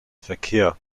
verkehr